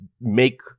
make